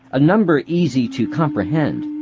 a number easy to comprehend.